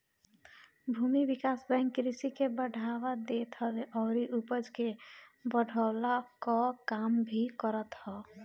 भूमि विकास बैंक कृषि के बढ़ावा देत हवे अउरी उपज के बढ़वला कअ काम भी करत हअ